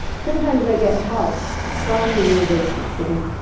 sometimes i get help from the universe, it seems.